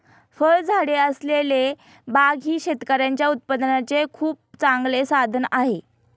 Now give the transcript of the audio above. फळझाडे असलेली बाग ही शेतकऱ्यांच्या उत्पन्नाचे खूप चांगले साधन आहे